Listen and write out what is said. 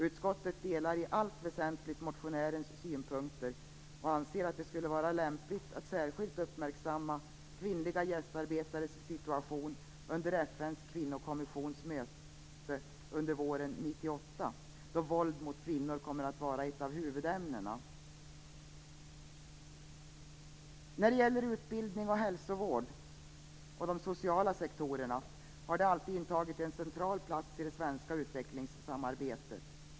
Utskottet delar i allt väsentligt motionärens synpunkter och anser att det skulle vara lämpligt att särskilt uppmärksamma kvinnliga gästarbetares situation under FN:s kvinnokommissions möte våren 1998, då våld mot kvinnor kommer att vara ett av huvudämnena. De sociala sektorerna, framför allt utbildning och hälsovård, har alltid intagit en central plats i det svenska utvecklingssamarbetet.